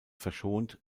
verschont